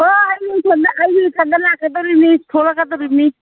ꯍꯣ ꯑꯩꯁꯨ ꯏꯊꯟꯗ ꯂꯥꯛꯀꯗꯧꯔꯤꯃꯤ ꯊꯣꯂꯛꯀꯗꯧꯔꯤꯃꯤ